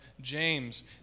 James